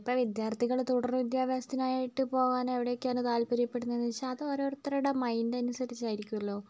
ഇപ്പം വിദ്യാർഥികൾ തുടർ വിദ്യാഭ്യാസത്തിനായിട്ട് പോകാൻ എവിടെ ഒക്കെയാണ് താൽപര്യപ്പെടുന്നത് എന്ന് വെച്ചാൽ അത് ഓരോരുത്തരുടെ മൈൻഡ് അനുസരിച്ചായിരിക്കുമല്ലോ